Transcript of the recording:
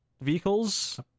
vehicles